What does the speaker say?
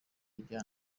ibya